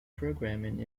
programming